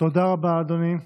תודה רבה, אדוני.